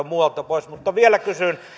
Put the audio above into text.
muualta pois vielä kysyn